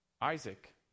Isaac